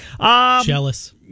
Jealous